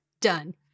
Done